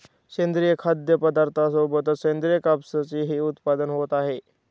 सेंद्रिय खाद्यपदार्थांसोबतच सेंद्रिय कापसाचेही उत्पादन होत आहे